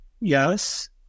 Yes